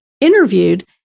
interviewed